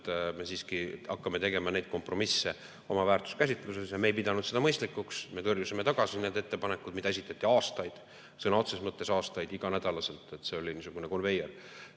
et me hakkame tegema kompromisse oma väärtuskäsitluses. Ja me ei pidanud seda mõistlikuks. Me tõrjusime tagasi need ettepanekud, mida esitleti aastaid, sõna otseses mõttes aastaid ja iganädalaselt. See oli niisugune konveier.